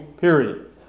Period